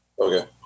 Okay